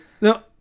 No